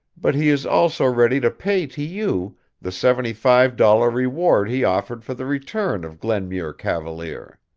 but he is also ready to pay to you the seventy-five dollar reward he offered for the return of glenmuir cavalier.